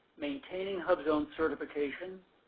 maintaining hubzone certification.